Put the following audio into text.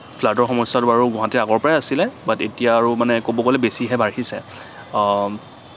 ফ্লাডৰ সমস্যাটো বাৰু গুৱাহাটীত আগৰ পৰাই আছিলে বাট এতিয়া আৰু ক'ব গ'লে বেছিহে বাঢ়িছে